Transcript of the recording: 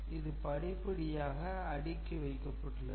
இது படிப்படியாக அடுக்கிவைக்கப்பட்டுள்ளது